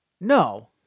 No